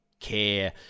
care